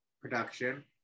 production